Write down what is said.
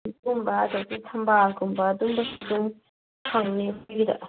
ꯑꯗꯨꯒꯨꯝꯕ ꯑꯗꯒꯤ ꯊꯝꯕꯥꯜꯒꯨꯝꯕ ꯑꯗꯨꯒꯨꯝꯕꯁꯨ ꯑꯗꯨꯝ ꯐꯪꯅꯤ ꯑꯩꯈꯣꯏꯒꯤꯗ